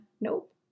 Nope